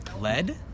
Lead